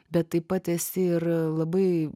bet taip pat esi ir labai